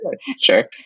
sure